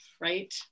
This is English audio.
right